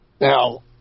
now